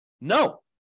No